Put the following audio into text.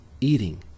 eating